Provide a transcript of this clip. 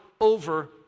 Over